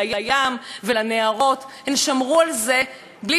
הן שמרו על זה בלי שעין גברית בחנה.